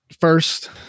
first